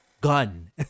gun